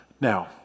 Now